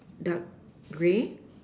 dark grey